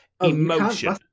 emotion